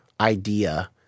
idea